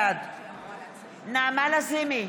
בעד נעמה לזימי,